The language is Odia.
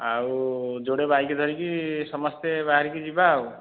ଆଉ ଯୋଡ଼େ ବାଇକ ଧରିକି ସମସ୍ତେ ବାହାରିକି ଯିବା ଆଉ